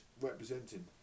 representing